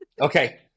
Okay